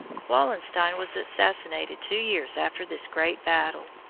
wallenstein was assassinated two years after this great battle.